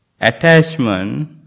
attachment